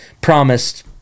promised